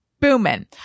booming